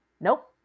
nope